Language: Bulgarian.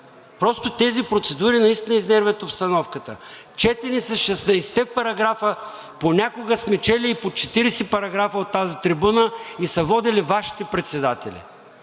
Просто тези процедури наистина изнервят обстановката. Четени са 16-те параграфа. Понякога сме чели и по 40 параграфа от тази трибуна и са водили Вашите председатели.